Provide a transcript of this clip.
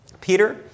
Peter